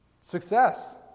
Success